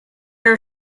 are